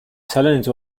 salinity